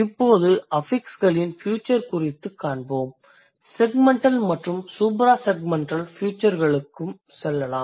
இப்போது அஃபிக்ஸ்களின் ஃபியூச்சர் குறித்து காண்போம் செக்மெண்டல் மற்றும் சூப்ராசெக்மெண்டல் ஃப்யூச்சர்களுக்கும் செல்லலாம்